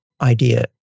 idea